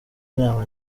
inama